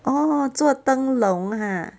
orh 做灯笼 !huh!